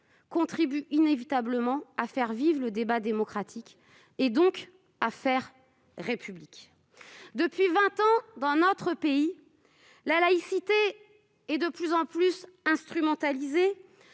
contribuent incontestablement à faire vivre le débat démocratique et donc à faire République. Très bien ! Depuis vingt ans, dans notre pays, la laïcité est de plus en plus instrumentalisée,